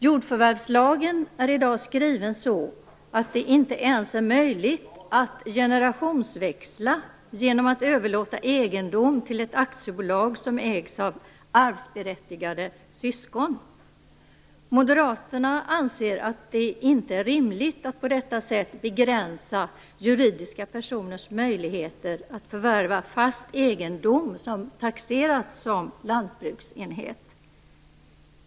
Jordförvärvslagen är i dag skriven så att det inte ens är möjligt att generationsväxla genom att överlåta egendom till ett aktiebolag som ägs av arvsberättigade syskon. Moderaterna anser att det inte är rimligt att på detta sätt begränsa juridiska personers möjligheter att förvärva fast egendom som taxerats som lantbruksenhet.